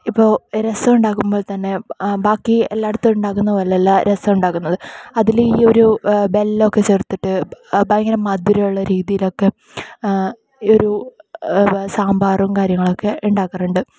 ഇപ്പോൾ രസം ഉണ്ടാക്കുമ്പോൾ തന്നെ ബാക്കി എല്ലായിടത്തും ഉണ്ടാക്കുന്ന പോലെയല്ല രസം ഉണ്ടാക്കുന്നത് അതില് ഈ ഒരു വെല്ലം ഒക്കെ ചേർത്തിട്ട് ഭയങ്കര മധുരമുള്ള രീതിയിലൊക്കെ ഒരു സാമ്പാറും കാര്യങ്ങളുമൊക്കെ ഉണ്ടാക്കാറുണ്ട്